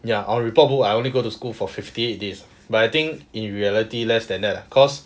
ya on report book I only go to school for fifty eight days ah but I think in reality less than that lah cause